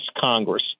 Congress